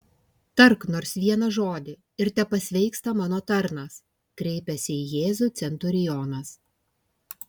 tark nors vieną žodį ir tepasveiksta mano tarnas kreipiasi į jėzų centurionas